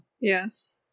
Yes